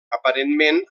aparentment